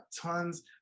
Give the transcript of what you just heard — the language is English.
tons